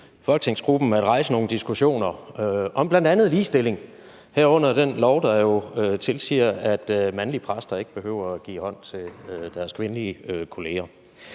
folketingsgruppen at rejse nogle diskussioner om bl.a. ligestilling, herunder den lov, der tilsiger, at mandlige præster ikke behøver at give hånd til deres kvindelige kolleger.